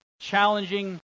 challenging